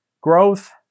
growth